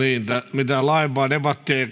mitään laajempaa debattia ei